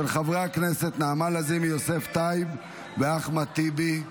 של חברי הכנסת נעמה לזימי, יוסף טייב ואחמד טיבי.